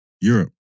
Europe